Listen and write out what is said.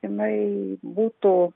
jinai būtų